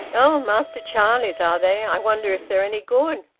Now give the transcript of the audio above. oh! master charlie's, are they? i wonder if they're any good.